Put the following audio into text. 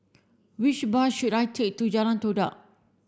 which bus should I take to Jalan Todak